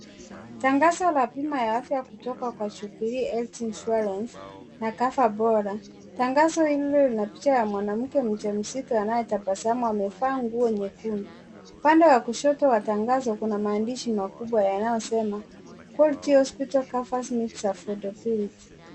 Tangazo la bima ya afya kutoka kwa Jubilee Health Insurance na CoverBora. Tangazo hilo lina picha ya mwanamke mjamzito anayetabasamu amevaa nguo nyekundu. Upande wa kushoto wa tangazo kuna maandishi makubwa yanayosema Quality Hospital Cover Meets Affordability .